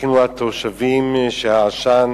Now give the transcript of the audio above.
הבחינו התושבים שהעשן